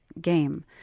game